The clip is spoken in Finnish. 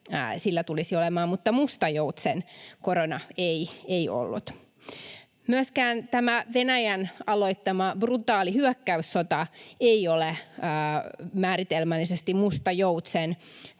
sillä tulisi olemaan, mutta musta joutsen korona ei ollut. Myöskään tämä Venäjän aloittama brutaali hyökkäyssota ei ole määritelmällisesti musta joutsen,